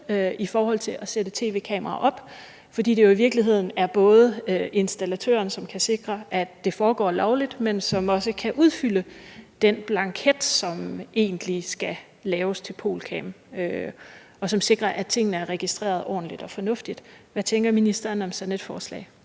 i forhold til at sætte tv-kameraer op. For det er jo i virkeligheden både installatøren, som kan sikre, at det foregår lovligt, men som også kan udfylde den blanket, som egentlig skal laves til POLCAM, og som sikrer, at tingene er registreret ordentligt og fornuftigt. Hvad tænker ministeren om sådan et forslag?